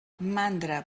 mandra